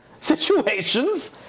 situations